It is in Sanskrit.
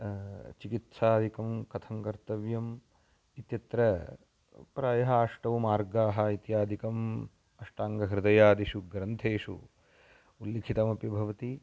चिकित्सादिकं कथं कर्तव्यम् इत्यत्र प्रायः अष्टौ मार्गाः इत्यादिकम् अष्टाङ्गहृदयादिषु ग्रन्थेषु उल्लिखितमपि भवति